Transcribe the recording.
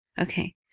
Okay